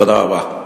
תודה רבה.